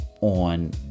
on